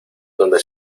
donde